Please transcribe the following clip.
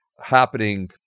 happening